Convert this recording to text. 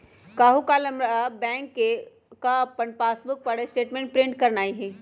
काल्हू हमरा बैंक जा कऽ अप्पन पासबुक पर स्टेटमेंट प्रिंट करेनाइ हइ